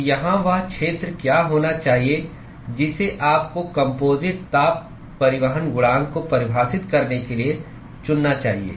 तो यहाँ वह क्षेत्र क्या होना चाहिए जिसे आपको कम्पोजिट ताप परिवहन गुणांक को परिभाषित करने के लिए चुनना चाहिए